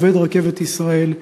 עובד רכבת ישראל.